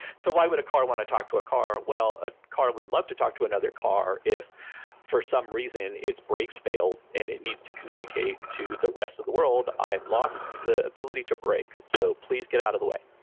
so why would a car want to talk to a car? well, a car would love to talk to another car if for some reason its brakes failed and it needs to communicate to the rest of the world, i've lost the ability to break, so please get out of the way.